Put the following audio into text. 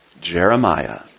Jeremiah